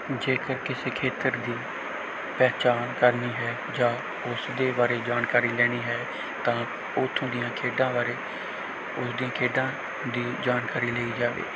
ਜੇਕਰ ਕਿਸੇ ਖੇਤਰ ਦੀ ਪਹਿਚਾਣ ਕਰਨੀ ਹੈ ਜਾਂ ਉਸ ਦੇ ਬਾਰੇ ਜਾਣਕਾਰੀ ਲੈਣੀ ਹੈ ਤਾਂ ਉੱਥੋਂ ਦੀਆਂ ਖੇਡਾਂ ਬਾਰੇ ਉਸ ਦੀਆਂ ਖੇਡਾਂ ਦੀ ਜਾਣਕਾਰੀ ਲਈ ਜਾਵੇ